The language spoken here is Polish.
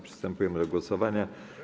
Przystępujemy do głosowania.